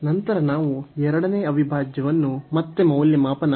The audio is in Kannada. ನಂತರ ನಾವು ಎರಡನೇ ಅವಿಭಾಜ್ಯವನ್ನು ಮತ್ತೆ ಮೌಲ್ಯಮಾಪನ ಮಾಡಬಹುದು